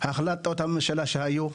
החלטות הממשלה שהיו,